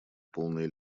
полная